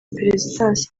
perezidansi